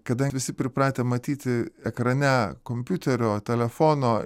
kada visi pripratę matyti ekrane kompiuterio telefono